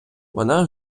вона